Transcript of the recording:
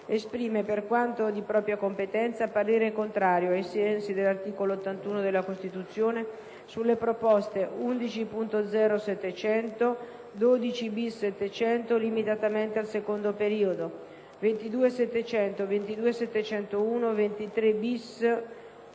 esprime, per quanto di propria competenza, parere contrario, ai sensi dell'articolo 81 della Costituzione, sulle proposte 11.0.700, 12-*bis*.700 (limitatamente al secondo periodo), 22.700, 22.701, 23-*bis*.0.700